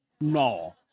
no